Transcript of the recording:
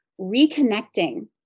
reconnecting